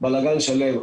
בלגן שלם.